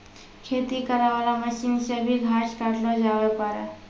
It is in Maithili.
खेती करै वाला मशीन से भी घास काटलो जावै पाड़ै